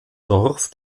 dorf